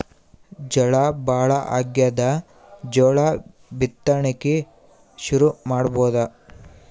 ಝಳಾ ಭಾಳಾಗ್ಯಾದ, ಜೋಳ ಬಿತ್ತಣಿಕಿ ಶುರು ಮಾಡಬೋದ?